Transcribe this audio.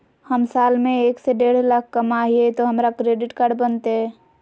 हम साल में एक से देढ लाख कमा हिये तो हमरा क्रेडिट कार्ड बनते?